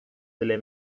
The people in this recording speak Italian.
delle